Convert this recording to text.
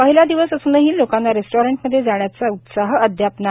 पहिला दिवस असूनही लोकांना रेस्टॉरंटमध्ये जाण्याचा उत्साह अद्याप दिसत नाही